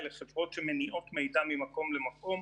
אלה חברות שמניעות מידע ממקום למקום.